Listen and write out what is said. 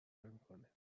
میکنه